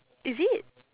is it